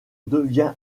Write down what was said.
devient